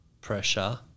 pressure